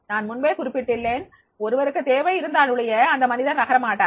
நான் முன்பே குறிப்பிட்டுள்ளேன் ஒருவருக்கு தேவை இருந்தாலொழிய அந்த மனிதர் நகர மாட்டார்